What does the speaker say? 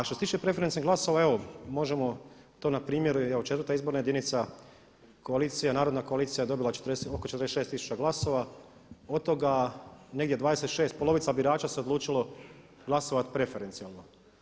A što se tiče preferencijalnih glasova evo možemo to na primjer evo 4. izborna jedinica Narodna koalicija je dobila oko 46 tisuća glasova, od toga negdje 26, polovica birača se odlučilo glasovati preferencijalno.